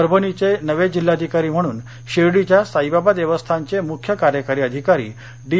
परभणीचे नवे जिल्हाधिकारी म्हणून शिर्डीच्या साईबाबा देवस्थानचे मुख्य कार्यकारी अधिकारी डी